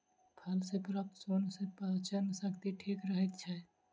फल सॅ प्राप्त सोन सॅ पाचन शक्ति ठीक रहैत छै